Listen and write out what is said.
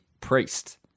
priest